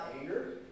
anger